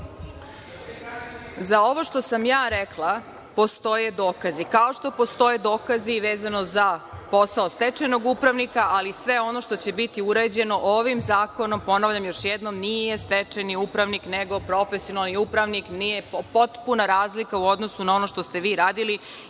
Za ovo što sam ja rekla postoje dokazi, kao što postoje dokazi vezano za posao stečajnog upravnika, ali i sve ono što će biti uređeno ovim zakonom, ponavljam još jednom, nije stečajni upravnik, nego profesionalni upravnik. Potpuna razlika u odnosu na ono što ste vi radili